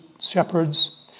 shepherds